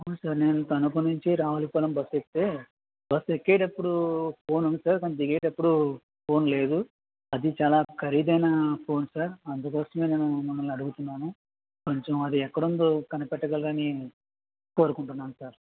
అవును సార్ నేను తణకు నుంచి రావులపాలెం బస్సు ఎక్కితే బస్ ఎక్కేటప్పుడు ఫోన్ ఉంది సార్ కానీ దిగేటప్పుడు ఫోన్ లేదు అది చాలా ఖరీదైన ఫోన్ సార్ అందుకోసమే నేను మిమ్మల్ని అడుగుతున్నాను కొంచెం అది ఎక్కడ ఉందో కనిపెట్టగలరని కోరుకుంటున్నాను సార్